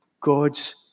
God's